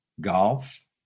golf